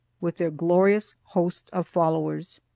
with their glorious host of followers.